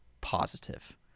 positive